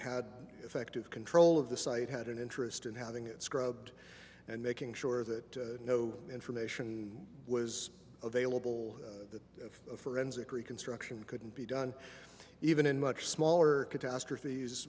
had effective control of the site had an interest in having it scrubbed and making sure that no information was available that if a forensic reconstruction couldn't be done even in much smaller catastrophes